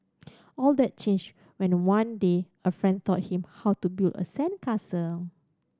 all that changed when the one day a friend taught him how to build a sandcastle